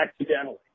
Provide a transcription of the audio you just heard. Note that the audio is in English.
accidentally